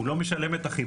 הוא לא משלם את החיבור,